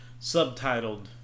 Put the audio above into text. subtitled